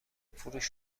فروش